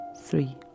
three